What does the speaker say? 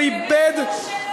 היא באמת לא שלו.